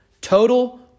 total